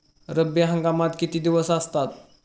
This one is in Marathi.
रब्बी हंगामात किती दिवस असतात?